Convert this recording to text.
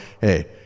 Hey